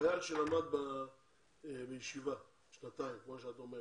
חייל שלמד בישיבה במשך שנתיים, כמו שאת אומרת,